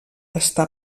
està